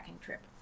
trip